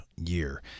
year